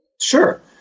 Sure